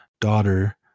daughter